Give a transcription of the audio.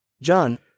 John